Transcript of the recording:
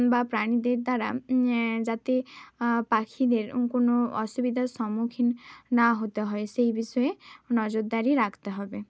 বা প্রাণীদের দ্বারা যাতে পাখিদের কোনো অসুবিধার সম্মুখীন না হতে হয় সেই বিষয়ে নজরদারি রখতে হবে